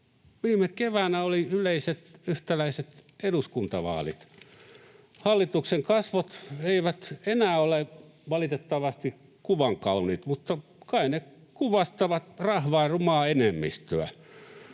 Viime keväänä oli yleiset ja yhtäläiset eduskuntavaalit. Hallituksen kasvot eivät enää ole valitettavasti kuvankauniit, mutta kai ne kuvastavat rahvaan rumaa enemmistöä.